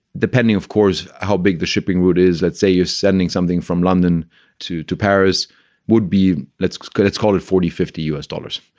depending, of course, how big the shipping route is, let's say you're sending something from london to to paris would be. let's go. let's call it forty, fifty u s. dollars.